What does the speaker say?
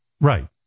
Right